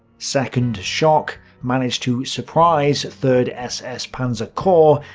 second shock managed to surprise third ss panzer corps,